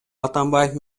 атамбаев